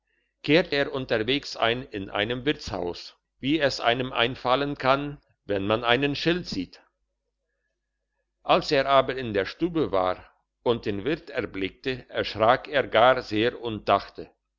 kehrt er unterwegens ein in einem wirtshaus wie es einem einfallen kann wenn man einen schild sieht als er aber in der stube war und den wirt erblickte erschrak er gar sehr und dachte